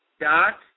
dot